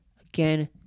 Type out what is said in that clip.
Again